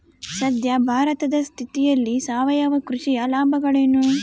ಸದ್ಯ ಭಾರತದ ಸ್ಥಿತಿಯಲ್ಲಿ ಸಾವಯವ ಕೃಷಿಯ ಲಾಭಗಳೇನು?